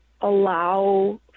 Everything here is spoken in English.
allow